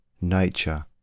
nature